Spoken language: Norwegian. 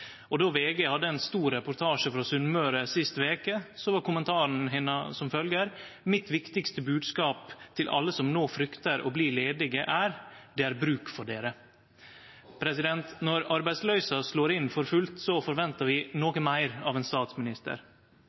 Og då VG hadde ein stor reportasje frå Sunnmøre sist veke, var kommentaren hennar: «Mitt viktigste budskap til alle som nå frykter å bli ledige er: Det er bruk for dere.» Når arbeidsløysa slår inn for fullt, forventar vi noko meir av ein statsminister.